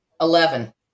Eleven